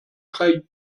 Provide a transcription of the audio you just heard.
drei